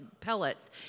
pellets